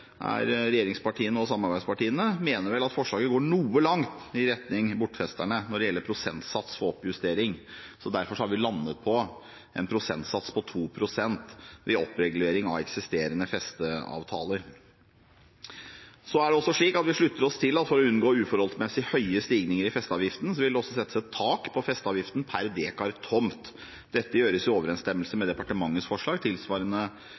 regjeringspartiene og samarbeidspartiene, mener vel at forslaget går noe langt i retning bortfesterne når det gjelder prosentsats for oppjustering. Derfor har vi landet på en sats på 2 pst. ved oppregulering av eksisterende festeavtaler. Og så slutter vi oss til at det – for å unngå uforholdsmessig høye stigninger i festeavgiften – også settes et tak på festeavgiften per dekar tomt. Dette gjøres i overenstemmelse med departementets forslag, tilsvarende